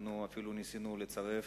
אנחנו אפילו ניסינו לצרף,